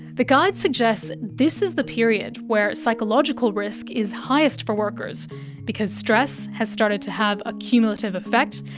the guide suggests this is the period where psychological risk is highest for workers because stress has started to have a cumulative effect,